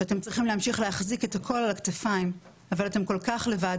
כשאתם צריכים להמשיך להחזיק את הכול על הכתפיים אבל אתם כל כך לבד